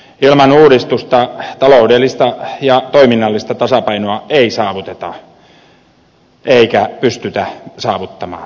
ilman uudistusta taloudellista ja toiminnallista tasapainoa ei saavuteta eikä pystytä saavuttamaan